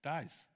Dies